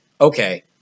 okay